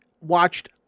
watched